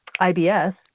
IBS